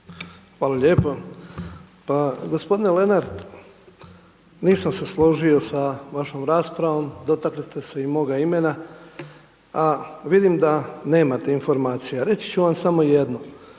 Hvala lijepo. Gospodine Lenart, nisam se složio sa vašom raspravom, dotaknuli ste se i moga imena, a vidim da nemate informacije, a reći ću vam samo jedno,